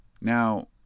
Now